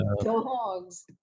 dogs